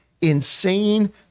insane